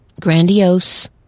grandiose